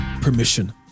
permission